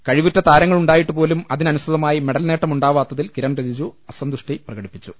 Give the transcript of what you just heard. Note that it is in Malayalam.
കഴിവുറ്റ താരങ്ങളുണ്ടായിട്ടുപോലും അതിനനു സൃതമായ മെഡൽ നേട്ടമുണ്ടാവാത്തിൽ കിരൺ റിജിജു അസ ന്തുഷ്ടി പ്രകടിപ്പിച്ചു